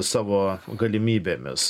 savo galimybėmis